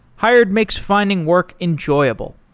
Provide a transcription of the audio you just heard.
hired makes finding work enjoyable.